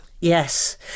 Yes